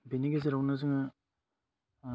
बेनि गेजेरावनो जोङो